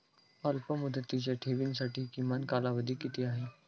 अल्पमुदतीच्या ठेवींसाठी किमान कालावधी किती आहे?